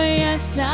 yes